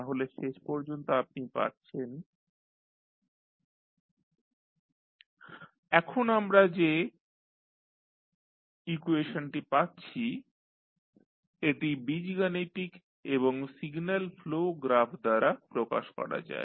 তাহলে শেষ পর্যন্ত আপনি পাচ্ছেন X1sX2sx1st0 এখন আমরা যে X1sX2sx1s ইকুয়েশনটি পাচ্ছি এটি বীজগাণিতিক এবং সিগন্যাল ফ্লো গ্রাফ দ্বারা প্রকাশ করা যায়